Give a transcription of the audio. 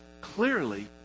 clearly